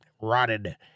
rotted